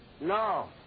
No